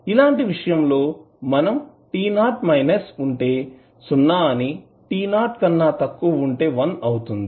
ఇలాంటి విషయం లో మనం t 0 ఉంటే సున్నా అని t 0 కన్నా ఎక్కువ ఉంటే వన్ అవుతుంది